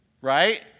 Right